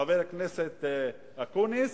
חבר הכנסת אקוניס